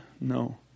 No